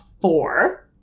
four